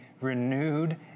renewed